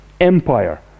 empire